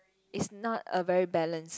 is not a very balance